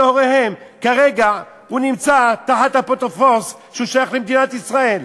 הוריהם נמצא כרגע תחת אפוטרופוס ששייך למדינת ישראל?